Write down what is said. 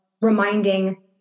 reminding